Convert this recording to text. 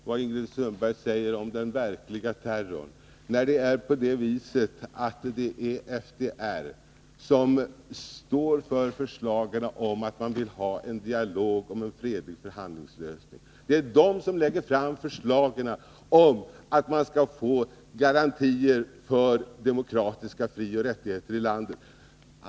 Herr talman! Det är helt fantastiskt att höra vad Ingrid Sundberg säger om den verkliga terrorn, när det är FDR/FMNL som vill ha en dialog om en fredlig förhandlingslösning. Det är FDR som lägger fram förslag om att man skall få garantier för demokratiska frioch rättigheter i landet.